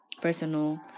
personal